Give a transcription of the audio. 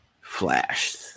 flashed